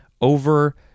Over